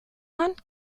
hand